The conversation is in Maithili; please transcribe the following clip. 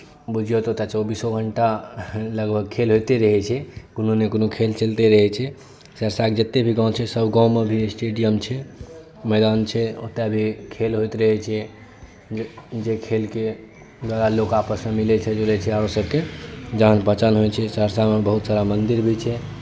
बुझियौ तऽ ओतय चौबीसो घण्टा लगभग खेल होइते रहैत छै कोनो ने कोनो खेल चलिते रहैत छै सहरसाके जतेक भी गाँव छै सभगाँवमे भी स्टेडियम छै मैदान छै ओतय भी खेल होइत रहैत छै जे जे खेलके द्वारा लोग आपसमे मिलैत छै जुलैत छै आरो सभके जान पहचान होइत छै सहरसामे बहुत सारा मन्दिर भी छै